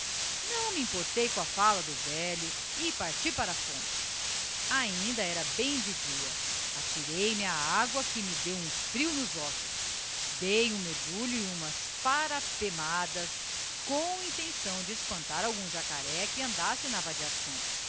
não me importei com a fala do velho e parti para a fonte ainda era bem de dia atirei-me á agua que me deu um frio nos ossos dei um mergulho e umas parapemadas com intenção de espantar algum jacaré que andasse na vadiação